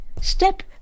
Step